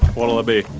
what'll it be?